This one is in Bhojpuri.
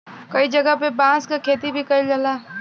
कई जगह पे बांस क खेती भी कईल जाला